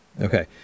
Okay